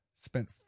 spent